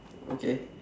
okay